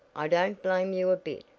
i don't blame you a bit,